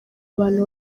abantu